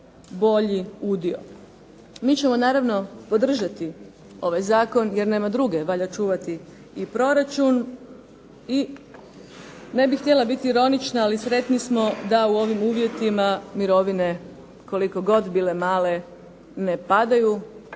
bolji udio. Mi ćemo naravno podržati ovaj zakon jer nema druge, valja čuvati i proračun. I ne bih htjela biti ironična, ali sretni smo da u ovim uvjetima mirovine koliko god bile male ne padaju,